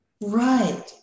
right